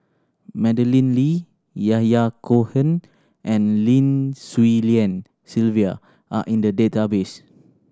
Madeleine Lee Yahya Cohen and Lim Swee Lian Sylvia are in the database